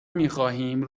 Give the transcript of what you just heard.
میخواهیم